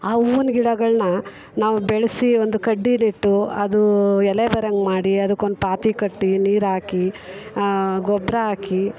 ಆ ಹೂವಿನ ಗಿಡಗಳನ್ನ ನಾವು ಬೆಳೆಸಿ ಒಂದು ಕಡ್ಡಿಲಿಟ್ಟು ಅದೂ ಎಲೆ ಬರೋಂಗೆ ಮಾಡಿ ಅದಕ್ಕೊಂದು ಪಾತಿ ಕಟ್ಟಿ ನೀರಾಕಿ ಗೊಬ್ಬರ ಹಾಕಿ